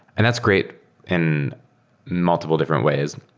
and that's great in multiple different ways.